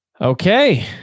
Okay